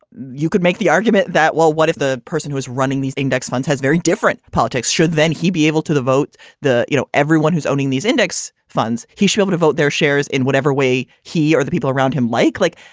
you could make the argument that, well, what if the person who is running these index funds has very different politics? should then he be able to vote the, you know, everyone who's owning these index funds, he should up to vote their shares in whatever way he or the people around him. like like.